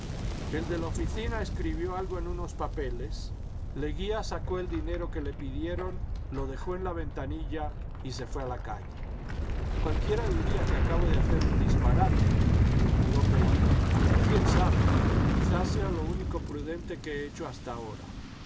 el de la oficina escribió algo en unos papeles leguía sacó el dinero que le pidieron lo dejó en la ventanilla y se fué a la calle cualquiera diría que acabo de hacer un disparate murmuró pello y qúién sabe quizá sea lo único prudente que he hecho hasta ahora